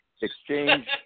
Exchange